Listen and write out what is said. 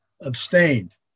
abstained